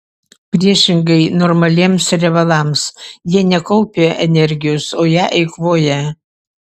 priešingai normaliems riebalams jie nekaupia energijos o ją eikvoja